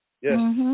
Yes